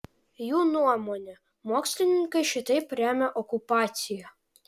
jų nuomone mokslininkai šitaip remia okupaciją